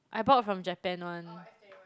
I bought from Japan [one]